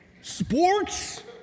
Sports